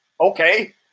okay